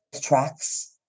tracks